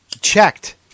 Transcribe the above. checked